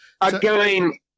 again